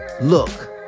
look